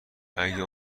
اگه